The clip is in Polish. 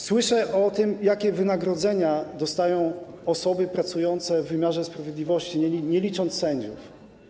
Słyszę o tym, jakie wynagrodzenia dostają osoby pracujące w wymiarze sprawiedliwości, nie licząc sędziów.